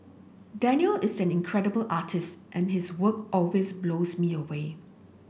Daniel is an incredible artist and his work always blows me away